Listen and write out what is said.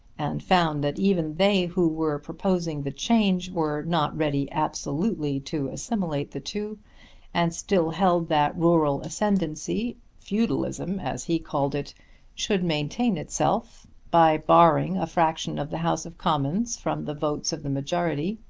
and found that even they who were proposing the change were not ready absolutely to assimilate the two and still held that rural ascendancy feudalism as he called it should maintain itself by barring a fraction of the house of commons from the votes of the majority,